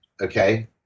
Okay